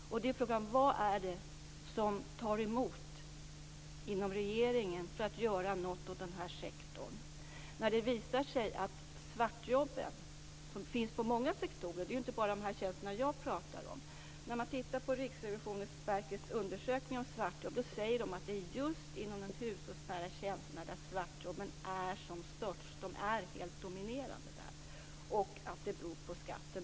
Vad är det som tar emot inom regeringen för att göra något åt denna sektor? Det finns svartjobb inom många sektorer och inte bara inom den sektor som jag talar om. Riksrevisionsverket har gjort en undersökning om svartjobb, och där säger man att det är just inom de hushållsnära tjänsterna som svartjobben är helt dominerande.